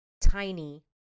tiny